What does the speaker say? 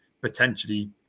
potentially